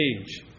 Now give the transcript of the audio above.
age